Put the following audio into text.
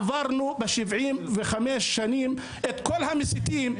עברנו ב-75 שנים את כל המסיתים,